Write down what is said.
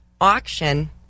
auction